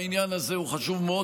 בעניין הזה הוא חשוב מאוד.